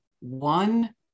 one